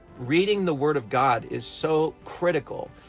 reading the word of god is so critical!